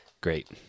great